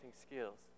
skills